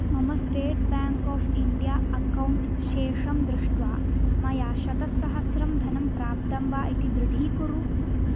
मम state bank of India account शेषं दृष्ट्वा मया शतसहस्रम् धनं प्राप्तं वा इति दृढीकुरु